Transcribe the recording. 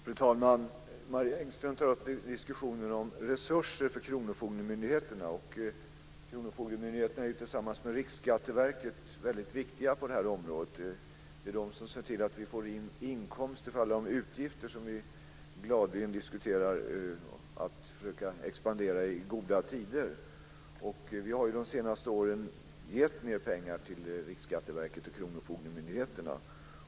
Fru talman! Marie Engström tar upp diskussionen om resurser för kronofogdemyndigheterna. Kronofogdemyndigheterna är ju tillsammans med Riksskatteverket väldigt viktiga på det här området. Det är de som ser till att vi får in inkomster för att täcka alla de utgifter som vi i goda tider gladeligen diskuterar att expandera. Vi har de senaste åren gett mer pengar till Riksskatteverket och kronofogdemyndigheterna.